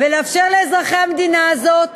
ולאפשר לאזרחי המדינה הזאת